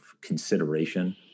consideration